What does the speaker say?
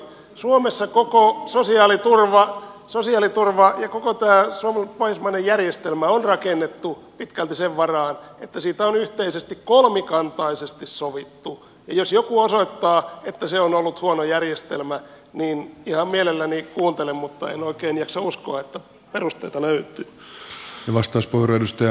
suomessa koko sosiaaliturva ja koko tämä pohjoismainen järjestelmä on rakennettu pitkälti sen varaan että siitä on yhteisesti kolmikantaisesti sovittu ja jos joku osoittaa että se on ollut huono järjestelmä niin ihan mielelläni kuuntelen mutta en oikein jaksa uskoa että perusteita löytyy